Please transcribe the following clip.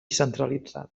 centralitzada